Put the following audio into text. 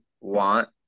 want